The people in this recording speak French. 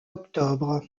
octobre